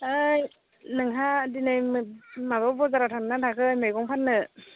ओइ नोंहा दिनै माबा बाजाराव थांदोंना थाङाखै मैगं फाननो